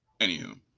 Anywho